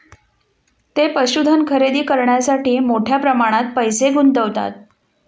ते पशुधन खरेदी करण्यासाठी मोठ्या प्रमाणात पैसे गुंतवतात